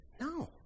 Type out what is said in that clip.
No